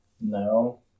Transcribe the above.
No